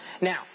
Now